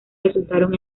resultaron